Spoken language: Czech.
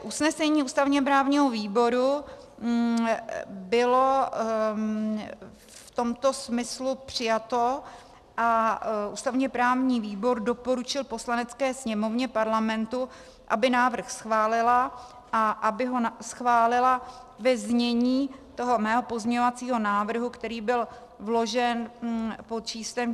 Usnesení ústavněprávního výboru bylo v tomto smyslu přijato a ústavněprávní výbor doporučil Poslanecké sněmovně Parlamentu, aby návrh schválila a aby ho schválila ve znění toho mého pozměňovacího návrhu, který byl vložen pod číslem 1479.